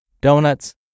donuts